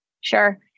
Sure